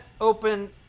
open